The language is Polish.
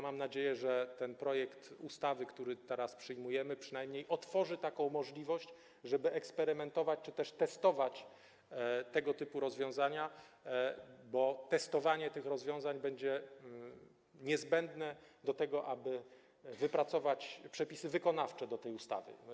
Mam nadzieję, że projekt ustawy, który teraz przyjmujemy, przynajmniej otworzy taką możliwość, żeby eksperymentować, testować tego typu rozwiązania, bo testowanie takich rozwiązań będzie niezbędne do tego, aby wypracować przepisy wykonawcze do tej ustawy.